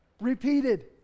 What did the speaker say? repeated